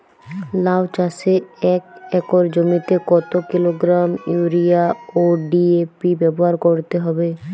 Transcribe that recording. লাউ চাষে এক একর জমিতে কত কিলোগ্রাম ইউরিয়া ও ডি.এ.পি ব্যবহার করতে হবে?